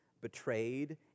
betrayed